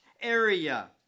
area